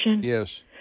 Yes